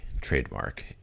trademark